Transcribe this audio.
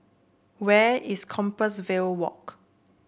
where is Compassvale Walk